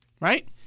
Right